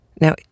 Now